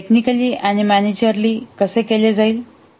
job technically आणि managerially कसे केले जाईल